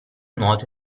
nuoto